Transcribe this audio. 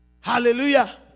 hallelujah